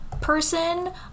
person